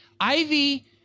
Ivy